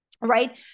Right